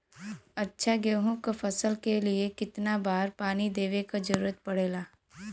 अच्छा गेहूँ क फसल के लिए कितना बार पानी देवे क जरूरत पड़ेला?